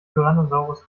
tyrannosaurus